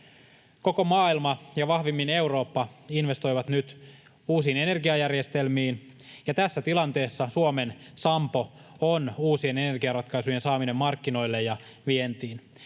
Koko maailma ja vahvimmin Eurooppa investoivat nyt uusiin energiajärjestelmiin, ja tässä tilanteessa Suomen sampo on uusien energiaratkaisujen saaminen markkinoille ja vientiin.